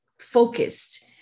focused